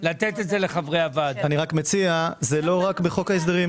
זה לא רק בחוק ההסדרים.